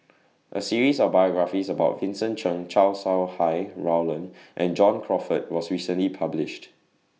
A series of biographies about Vincent Cheng Chow Sau Hai Roland and John Crawfurd was recently published